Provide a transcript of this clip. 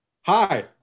Hi